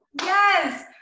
Yes